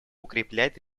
укреплять